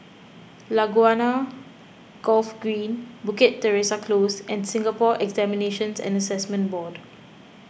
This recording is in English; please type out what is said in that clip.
Laguna Golf Green Bukit Teresa Close and Singapore Examinations and Assessment Board